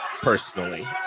personally